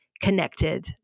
connected